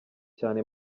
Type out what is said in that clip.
cyane